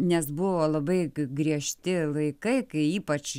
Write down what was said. nes buvo labai griežti laikai kai ypač